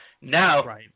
Now